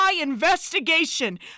investigation